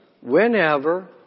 whenever